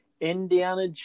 Indiana